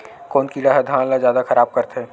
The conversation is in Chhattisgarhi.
कोन कीड़ा ह धान ल जादा खराब करथे?